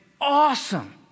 awesome